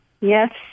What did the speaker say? Yes